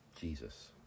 Jesus